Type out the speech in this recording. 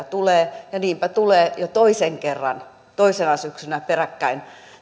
tulee ja niinpä tulee jo toisen kerran toisena syksynä peräkkäin